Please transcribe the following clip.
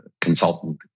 consultant